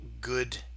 Good